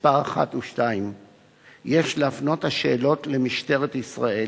1 ו-2 יש להפנות השאלות למשטרת ישראל,